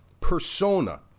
persona